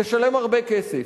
תשלם הרבה כסף.